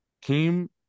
came